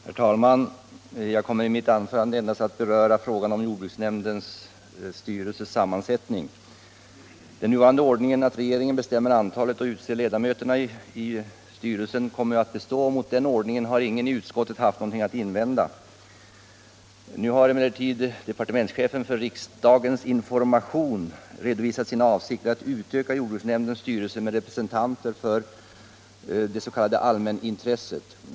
Herr talman! Jag kommer i mitt anförande endast att beröra frågan om sammansättningen av jordbruksnämndens styrelse. Den nuvarande ordningen att regeringen bestämmer antalet och utser ledamöterna i styrelsen kommer att bestå. Mot den ordningen har ingen i utskottet haft någonting att invända. Nu har emellertid departementschefen för riksdagens information redovisat sina avsikter att utöka jordbruksnämndens styrelse med representanter för det s.k. allmänintresset.